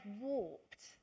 warped